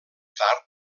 tard